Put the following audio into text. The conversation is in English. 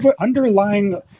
underlying